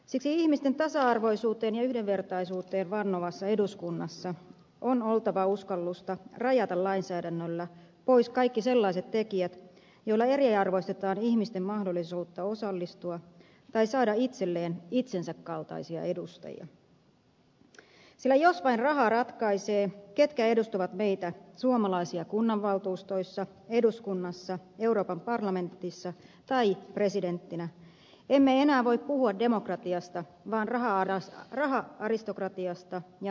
siksi ihmisten tasa arvoisuuteen ja yhdenvertaisuuteen vannovassa eduskunnassa on oltava uskallusta rajata lainsäädännöllä pois kaikki sellaiset tekijät joilla eriarvoistetaan ihmisten mahdollisuutta osallistua tai saada itselleen itsensä kaltaisia edustajia sillä jos vain raha ratkaisee ketkä edustavat meitä suomalaisia kunnanvaltuustoissa eduskunnassa euroopan parlamentissa tai presidenttinä emme enää voi puhua demokratiasta vaan raha aristokratiasta ja harvainvallasta